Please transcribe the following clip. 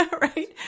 right